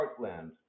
heartland